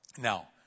Now